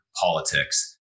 politics